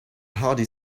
hearty